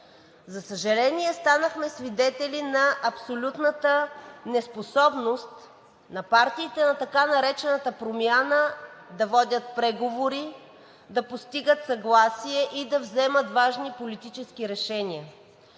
За съжаление, станахме свидетели на абсолютната неспособност на партиите на така наречената промяна да водят преговори, да постигат съгласие и да вземат важни политически решения.